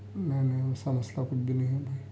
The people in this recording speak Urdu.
نا نا ویسا مسئلہ کچھ بھی نہیں ہے بھائی